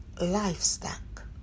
livestock